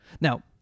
Now